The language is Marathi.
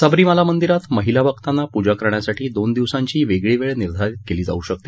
सबरीमाला मंदिरात महिला भक्तांना पूजा करण्यासाठी दोन दिवसांची वेगळी वेळ निर्धारित केली जाऊ शकते